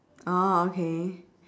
oh okay